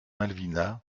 malvina